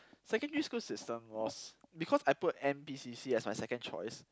secondary school system was because I put N_P_C_C as my second choice